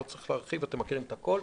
אני לא צריך להרחיב, אתם מכירים את הכול.